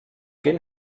gen